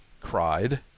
cried